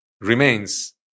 remains